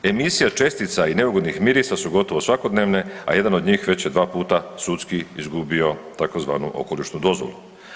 Emisija čestica i neugodnih mirisa su gotovo svakodnevne, a jedan od njih već je dva puta sudski izgubio tzv. okolišnu dozvolu.